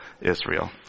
Israel